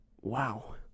Wow